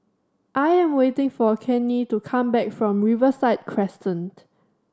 I am waiting for Kenney to come back from Riverside Crescent